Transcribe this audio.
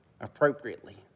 appropriately